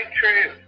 true